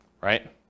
right